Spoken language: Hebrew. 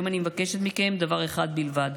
היום אני מבקשת מכם דבר אחד בלבד: